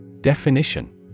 Definition